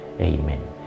Amen